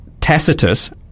Tacitus